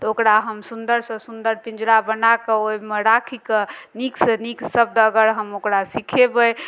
तऽ ओकरा हम सुन्दर सऽ सुन्दर पिंजरा बनाकऽ ओहिमे राखि कऽ नीक सऽ नीक शब्द अगर हम ओकरा सिखेबै